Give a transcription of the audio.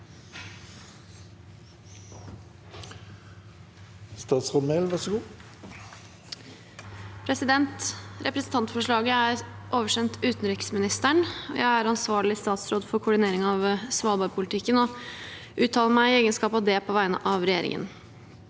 Representantfor- slaget er oversendt utenriksministeren. Jeg er ansvarlig statsråd for koordinering av svalbardpolitikken og uttaler meg i egenskap av det på vegne av regjeringen.